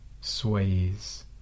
sways